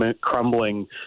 crumbling